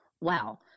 Wow